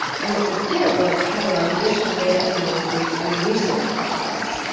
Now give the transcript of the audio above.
and what this did was catalyze additional data analyses and research projects.